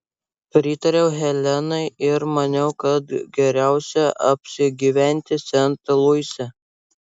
pritariau helenai ir maniau kad geriausia apsigyventi sent luise